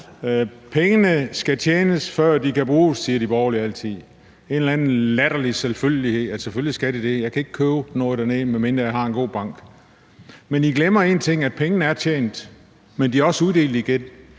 Pengene skal tjenes, før de kan bruges, siger de borgerlige altid, altså en eller anden latterlig selvfølgelighed, for selvfølgelig skal de det. Jeg kan ikke købe noget dernede, medmindre jeg har en god bank. Men I glemmer en ting, nemlig at pengene er tjent, men de er også uddelt igen.